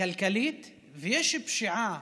כלכלית ויש פשיעה